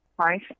right